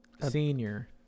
Senior